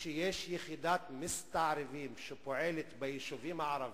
שיש יחידת מסתערבים שפועלת ביישובים הערביים,